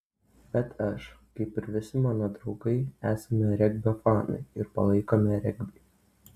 bet aš kaip ir visi mano draugai esame regbio fanai ir palaikome regbį